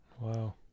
Wow